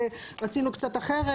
רצינו קצת אחרת.